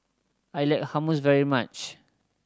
I like Hummus very much